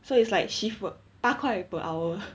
so it's like shift work 八块 per hour